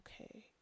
Okay